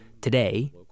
Today